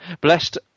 Blessed